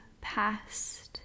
past